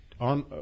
on